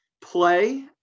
play